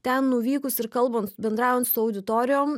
ten nuvykus ir kalbant bendraujant su auditorijom